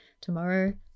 tomorrow